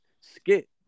skit